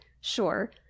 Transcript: Sure